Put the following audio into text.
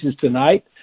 tonight